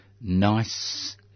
nice